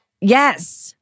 Yes